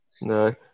No